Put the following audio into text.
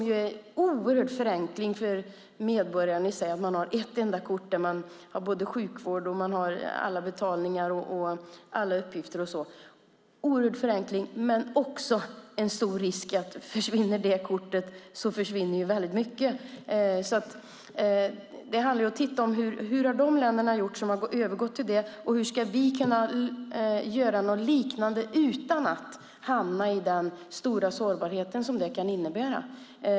Det är en oerhörd förenkling för medborgarna att ha ett enda kort för sjukvård, betalningar och andra uppgifter. Det är en förenkling, men innebär också en stor risk. Om det kortet försvinner är det ju väldigt mycket som försvinner. Det handlar om att titta på hur de länder har gjort som har övergått till det och hur vi ska kunna göra något liknande utan att få den stora sårbarhet som det kan innebära.